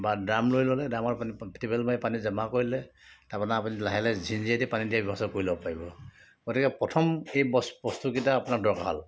বা ড্ৰাম লৈ ল'লে ড্ৰামৰ পানী টিউবেল মাৰি পানী জমা কৰি ল'লে তাপা আপুনি লাহে লাহে জিনজিনি দি পানী দিয়া ব্যৱস্থা কৰি ল'ব পাৰিব গতিকে প্ৰথম এই বস্তুকেইটা আপোনাৰ দৰকাৰ হ'ল